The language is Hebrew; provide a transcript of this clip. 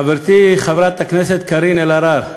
חברתי חברת הכנסת קארין אלהרר,